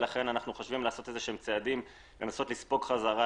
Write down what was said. לכן אנחנו חושבים לעשות צעדים לנסות לספוג חזרה